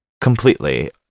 Completely